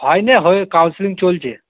হয়নি হয় কাউন্সেলিং চলছে